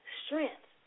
strength